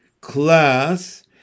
class